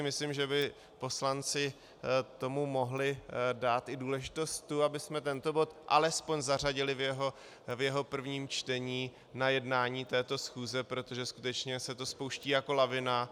Myslím si, že by poslanci tomu mohli dát i důležitost tu, abychom tento bod alespoň zařadili v jeho prvním čtení na jednání této schůze, protože skutečně se to spouští jako lavina.